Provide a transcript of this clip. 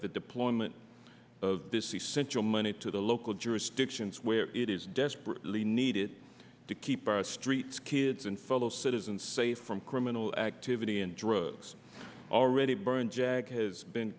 the deployment of this essential money to the local jurisdictions where it is desperately needed to keep our streets kids and fellow citizens safe from criminal activity and drugs already burned jag has been